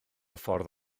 ffordd